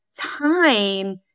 time